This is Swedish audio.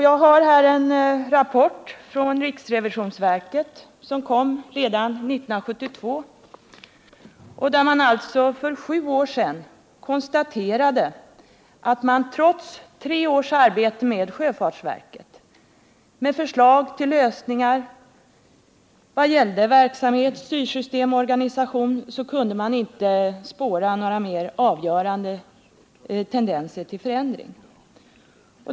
Jag har här en rapport från riksrevisionsverket som kom redan 1972 och där man — alltså för sju år sedan — konstaterade att man trots tre års arbete med sjöfartsverket, med förslag till lösningar vad gäller verksamhet, styrsystem och organisation, inte kunde spåra några mer avgörande tendenser till förändring.